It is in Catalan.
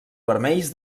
vermells